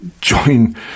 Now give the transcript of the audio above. join